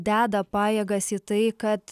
deda pajėgas į tai kad